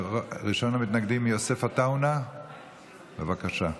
ראשון המתנגדים, יוסף עטאונה, בבקשה.